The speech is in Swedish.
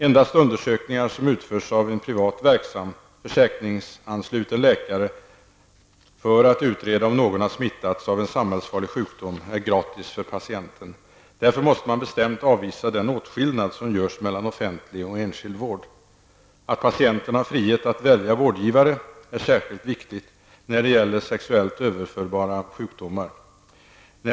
Endast undersökningar som utförs av en privat verksam försäkringsansluten läkare med syftet att utreda om någon har smittats av en samhällsfarlig sjukdom är gratis för patienten. Därför måste man bestämt avvisa den åtskillnad som görs mellan offentlig och enskild vård. Att patienten har frihet att välja vårdgivare är särskilt viktigt när det gäller sexuellt överförbara sjukdomar.